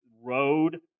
road